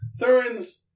Thurin's